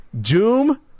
Doom